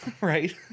Right